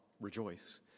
Rejoice